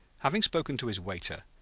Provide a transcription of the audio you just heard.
having spoken to his waiter,